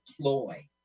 ploy